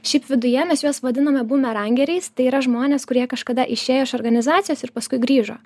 šiaip viduje mes juos vadiname bumerangeriais tai yra žmonės kurie kažkada išėjo iš organizacijos ir paskui grįžo